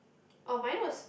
orh mine was